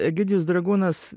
egidijus dragūnas